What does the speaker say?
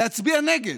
להצביע נגד,